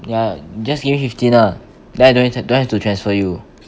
ya just give me fifteen lah then I don't need don't have to transfer you